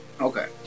Okay